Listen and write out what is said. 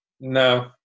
no